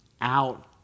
out